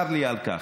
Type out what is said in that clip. צר לי על כך.